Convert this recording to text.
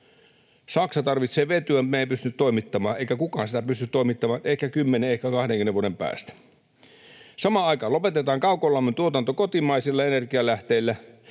Saksa tarvitsee vetyä, mutta me ei pystytä sitä toimittamaan, eikä kukaan sitä pysty toimittamaan — ehkä kymmenen, ehkä 20 vuoden päästä. Samaan aikaan lopetetaan kaukolämmön tuotanto kotimaisilla energialähteillä,